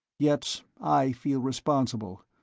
yet i feel responsible,